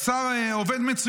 השר עובד מצוין,